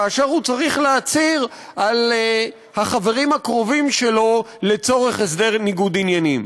כאשר הוא צריך להצהיר על החברים הקרובים שלו לצורך הסדר ניגוד עניינים?